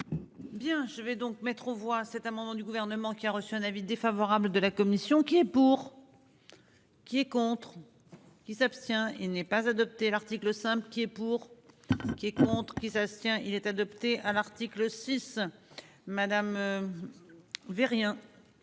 Bien je vais donc mettre aux voix cet amendement du gouvernement qui a reçu un avis défavorable de la commission qui est pour. Qui est contre ou qui s'abstient. Il n'est pas adopté l'article 5 qui est pour. Qui est contre qui. Ça se tient. Il est adopté à l'article 6, madame.